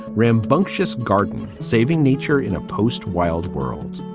rambunctious garden saving nature in a post wild world.